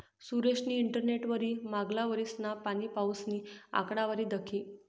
सुरेशनी इंटरनेटवरी मांगला वरीसना पाणीपाऊसनी आकडावारी दखी